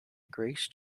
grace